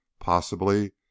Possibly